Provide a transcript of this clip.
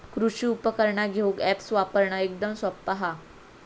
कृषि उपकरणा घेऊक अॅप्स वापरना एकदम सोप्पा हा